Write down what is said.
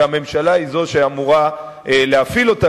שהממשלה היא זו שאמורה להפעיל אותן.